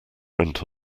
rent